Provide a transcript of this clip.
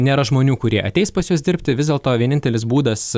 nėra žmonių kurie ateis pas jus dirbti vis dėlto vienintelis būdas